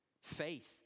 Faith